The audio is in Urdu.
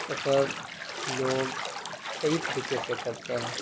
سفر لوگ کئی طریقے سے کرتے ہیں